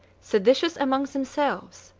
seditious among themselves,